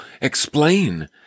explain